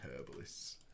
herbalists